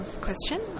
question